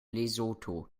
lesotho